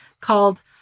called